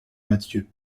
mathieu